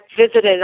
visited